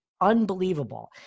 unbelievable